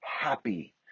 happy